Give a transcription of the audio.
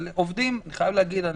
אבל אני חייב להגיד שעובדים,